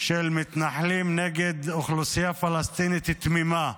של מתנחלים נגד אוכלוסייה פלסטינית תמימה.